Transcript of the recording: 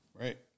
right